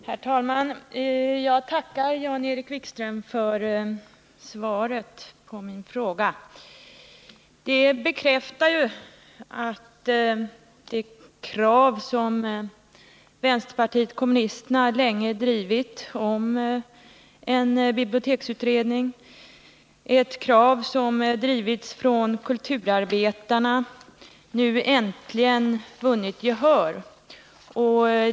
Herr talman! Jag tackar Jan-Erik Wikström för svaret på min fråga. Det bekräftar att det krav på en biblioteksutredning som vänsterpartiet kommunisterna länge har drivit — ett krav som drivits också av kulturarbetarna — nu äntligen vunnit gehör.